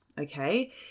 okay